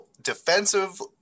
Defensive